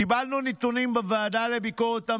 קיבלנו נתונים בוועדה לביקורת המדינה,